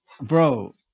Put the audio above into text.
Bro